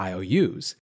IOUs